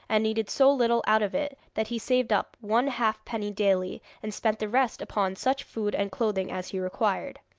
and needed so little out of it, that he saved up one halfpenny daily, and spent the rest upon such food and clothing as he required.